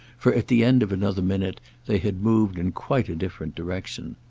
for at the end of another minute they had moved in quite a different direction.